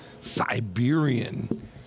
Siberian